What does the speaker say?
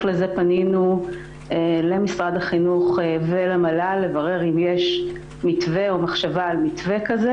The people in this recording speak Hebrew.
לזה פנינו למשרד החינוך ולמל"ל לברר אם יש מתווה או מחשבה על מתווה כזה.